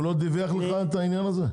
הוא לא אמר לך את העניין הזה?